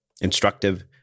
instructive